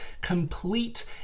complete